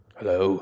Hello